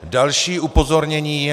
Další upozornění